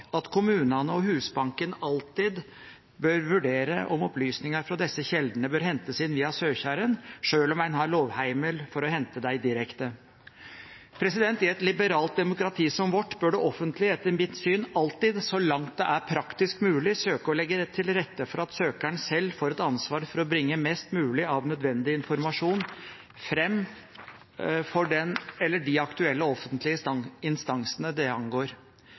og Husbanken alltid vurdere om opplysningar frå desse kjeldene bør hentast inn via søkjaren, sjølv om ein har lovheimel for å hente dei direkte.» I et liberalt demokrati som vårt bør det offentlige, etter mitt syn, alltid, så langt det er praktisk mulig, søke å legge til rette for at søkeren selv får et ansvar for å bringe mest mulig av nødvendig informasjon frem for den eller de aktuelle offentlige instansene det angår.